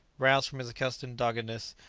roused from his accustomed doggedness,